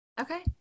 Okay